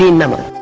i mean memo